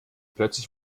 plötzlich